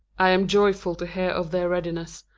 i am joyful to hear of their readiness,